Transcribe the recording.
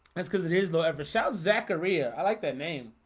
that's because it is though ever shout zakariya. i like that name